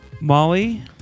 Molly